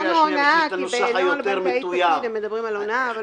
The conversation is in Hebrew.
"הונאה" כי בנוהל בנקאי מדברים על הונאה.